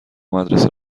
مدرسه